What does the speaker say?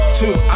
two